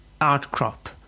outcrop